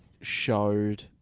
showed